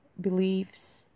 beliefs